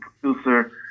producer